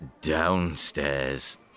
downstairs